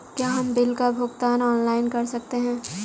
क्या हम बिल का भुगतान ऑनलाइन कर सकते हैं?